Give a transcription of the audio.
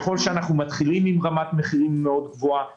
ככל שאנחנו מתחילים עם רמת מחירים גבוהה מאוד,